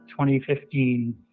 2015